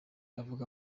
avuga